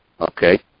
okay